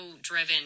driven